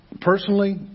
Personally